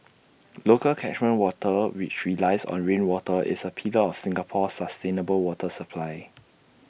local catchment water which relies on rainwater is A pillar of Singapore's sustainable water supply